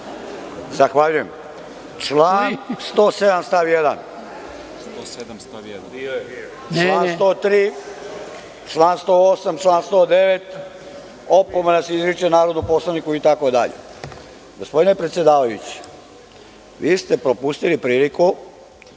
Zahvaljujem. Član 107. stav 1, član 103, član 108, član 109. – opomena se izriče narodnom poslaniku